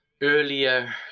earlier